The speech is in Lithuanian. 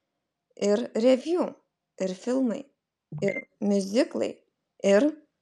ir reviu ir filmai ir miuziklai ir